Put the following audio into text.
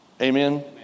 Amen